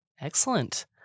Excellent